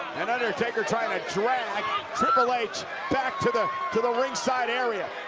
and undertaker trying to drag triple h back to the to the ringside area.